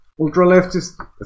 Ultra-leftist